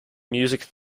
music